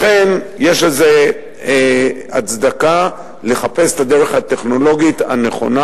לכן יש הצדקה לחפש את הדרך הטכנולוגית הנכונה.